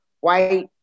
white